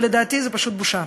ולדעתי זאת פשוט בושה.